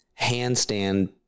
handstand